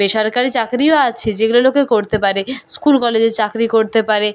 বেসরকারি চাকরিও আছে যেগুলো লোকে করতে পারে স্কুল কলেজে চাকরি করতে পারে